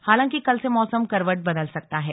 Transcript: हालांकि कल से मौसम करवट बदल सकता है